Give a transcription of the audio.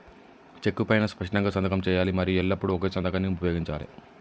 చెక్కు పైనా స్పష్టంగా సంతకం చేయాలి మరియు ఎల్లప్పుడూ ఒకే సంతకాన్ని ఉపయోగించాలే